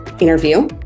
interview